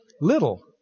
little